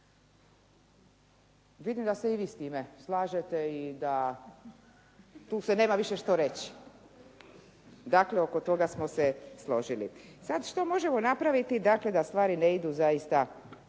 Vidim da se i vi s time slažete i da se tu nema više što reći. Dakle oko toga smo se složili. Sada što možemo napraviti dakle da stvari ne idu zaista